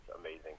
amazing